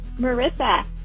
Marissa